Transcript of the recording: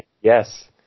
Yes